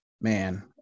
man